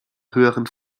höheren